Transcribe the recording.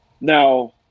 now